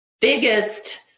biggest